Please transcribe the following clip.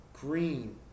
green